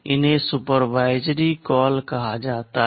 इन्हें supervisory call कहा जाता है